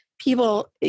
people